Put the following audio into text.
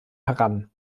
heran